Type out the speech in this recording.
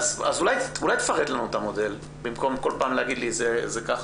אז אולי תפרט לנו את המודל במקום כל פעם להגיד לי 'זה ככה'?